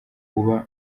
uba